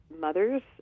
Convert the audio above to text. mothers